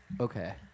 Okay